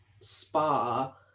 spa